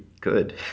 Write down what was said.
good